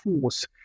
Force